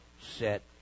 set